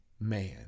man